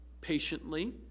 patiently